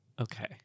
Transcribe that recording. Okay